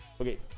okay